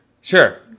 Sure